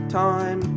time